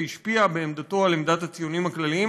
והשפיע בעמדתו על עמדת הציוניים הכלליים,